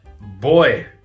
boy